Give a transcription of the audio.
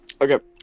Okay